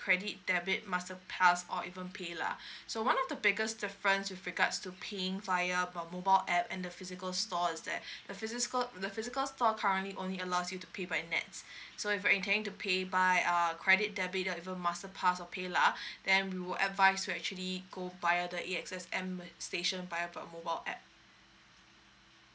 debit credit masterpass or even pay lah so one of the biggest difference with regards to paying via the mobile app and the physical store is that the physica~ the physical store currently only allows you to pay by nets so if you're intending to pay by uh credit debit or even masterpass or pay lah then we would advised to actually go via the A X S M station via the mobile app